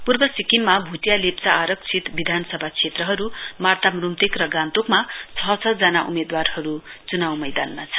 पूर्व सिक्किम भूटिया लेप्चा आरक्षित विधानसभा क्षेत्रहरू मार्ताम रूम्तेक र गान्तोकमा छ छ जना उम्मेद्वारहरू चुनाउ मैदानमा छन्